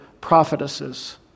prophetesses